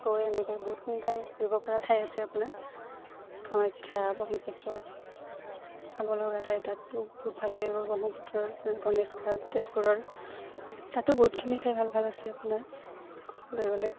গৈ এনেকৈ বহুতখিনি ঠাই ফুৰিপৰা ঠাই আছে আপোনাৰ কামাখ্যা ব্ৰহ্মপুত্ৰ চাব লগা ঠাই তাতো বহুত ভাল লাগে গৈ ব্ৰহ্মপুত্ৰৰ আপোনাৰ গণেশ ঘাট তেজপুৰৰ তাতো বহুতখিনি ঠাই ভাল ভাল আছে আপোনাৰ ক'বলৈ গ'লে